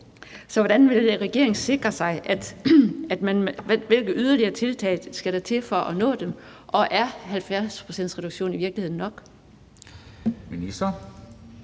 Så hvordan vil regeringen sikre det, og hvilke yderligere tiltag skal der til for at nå målene? Og er en 70-procentsreduktion i virkeligheden nok? Kl.